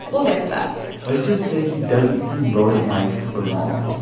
we'll get to that let's just say he doesn't seem rodent-like for long